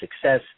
success